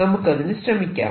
നമുക്കതിന് ശ്രമിക്കാം